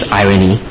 irony